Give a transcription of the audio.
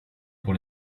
pour